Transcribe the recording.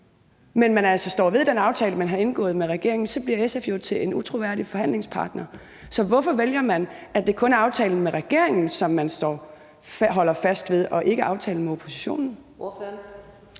man altså står ved den aftale, man har indgået med regeringen, så bliver SF jo til en utroværdig forhandlingspartner. Så hvorfor vælger man, at det kun er aftalt med regeringen, som man holder fast ved, og ikke aftalen oppositionen? Kl.